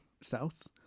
South